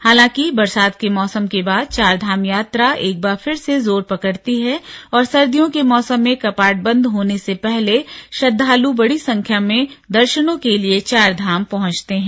हालांकि बरसात के मौसम के बाद चारधाम यात्रा एक बार फिर से जोर पकड़ती है और सर्दियों के मौसम में कपाट बंद होने से पहले श्रद्वालु बड़ी संख्या में दर्ानों के लिए चारधाम पहुंचते हैं